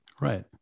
right